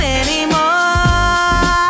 anymore